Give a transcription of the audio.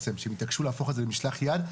שהתעקשו להפוך את זה למשלח יד,